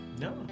No